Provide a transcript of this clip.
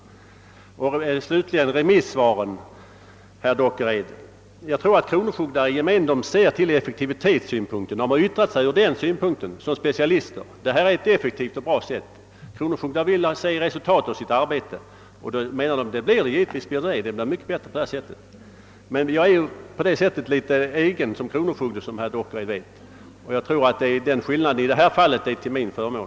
Beträffande slutligen remissvaren, herr Dockered, tror jag att kronofog darna i gemen ser till effektivitetssynpunkter; de har yttrat sig som specialister från den synpunkten: detta är ett effektivt och därför bra system. Kronofogdar vill se resultat av sitt arbete, och med det föreslagna systemet blir resultatet naturligtvis i pengar räknat mycket bättre. Men jag är litet egen som kronofogde, som herr Dockered vet! Och jag tror att skillnaden i detta fall är till min förmån.